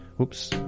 Oops